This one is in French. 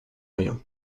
rien